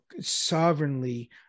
sovereignly